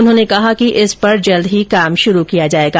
उन्होंने कहा कि इस पर जल्द ही कोम शुरू किया जाएगा